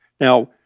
Now